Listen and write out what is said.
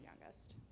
youngest